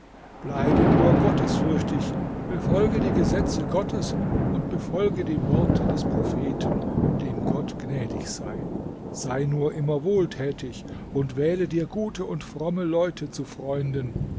bleibe nur gottesfürchtig befolge die gesetze gottes und befolge die worte des propheten dem gott gnädig sei sei nur immer wohltätig und wähle dir gute und fromme leute zu freunden